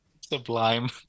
Sublime